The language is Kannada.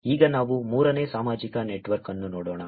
ಈಗ ನಾವು ಮೂರನೇ ಸಾಮಾಜಿಕ ನೆಟ್ವರ್ಕ್ ಅನ್ನು ನೋಡೋಣ